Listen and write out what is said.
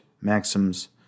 maxims